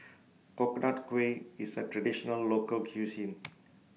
Coconut Kuih IS A Traditional Local Cuisine